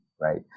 right